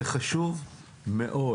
זה חשוב מאוד,